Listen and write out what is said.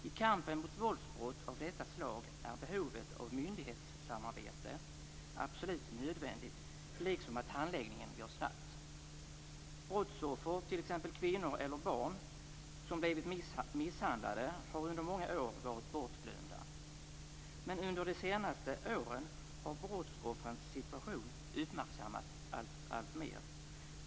I kampen mot våldsbrott av detta slag är behovet av myndighetssamarbete absolut nödvändigt, liksom att handläggningen går snabbt. Brottsoffer, t.ex. kvinnor eller barn, som blivit misshandlade har under många år varit bortglömda. Men under de senaste åren har brottsoffrens situation uppmärksammats alltmer.